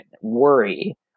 worry